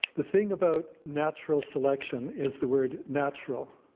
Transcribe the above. the thing about natural selection is the word natural,